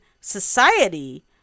society